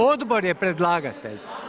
Odbor je predlagatelj.